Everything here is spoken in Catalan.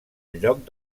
lloc